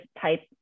type